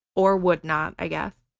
or would not i guess,